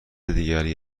دیگری